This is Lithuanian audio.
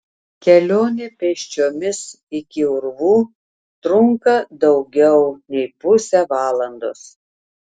kelionė pėsčiomis iki urvų trunka daugiau nei pusę valandos